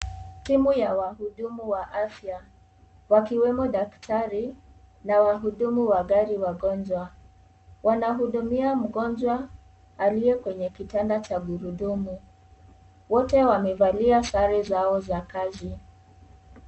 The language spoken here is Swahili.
Chombo ya wahudumu wa afya wakiwwmo daktari na wahudumu wa gari wagonjwa, wanahudumia mgonjwa aliye kwenye kitanda cha gurudumu, wote wamevalia sare zao za kazi.